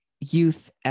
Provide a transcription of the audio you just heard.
youth